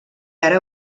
ara